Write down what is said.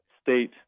state